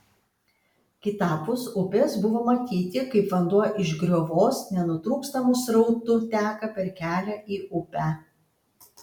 kitapus upės buvo matyti kaip vanduo iš griovos nenutrūkstamu srautu teka per kelią į upę